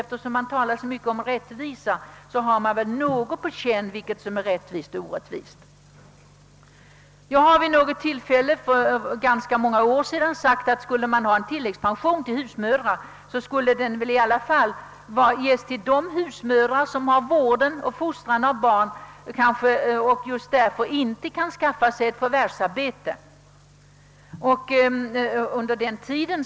Eftersom man talar om rättvisa, har man väl på känn vad som är rättvist och vad som är orättvist. Jag har vid något tillfälle för ganska många år sedan sagt att om det skall finnas en tilläggspension för husmödrar, skall den ges till de husmödrar som har hand om vårdnaden och fostran av barn och just därför inte kan skaffa sig ett förvärvsarbete under den tiden.